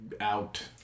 out